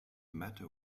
matter